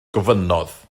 gofynnodd